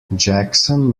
jackson